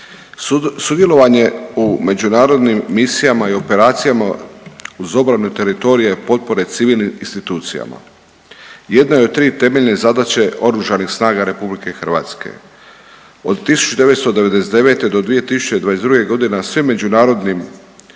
sudjelovanje u međunarodnim misijama i operacijama uz obranu teritorije potpore civilnim institucijama jedna je od tri temeljne zadaće Oružanih snaga RH. Od 1999.-2022.g. na svim međunarodnim